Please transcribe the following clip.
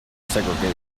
segregation